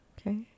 okay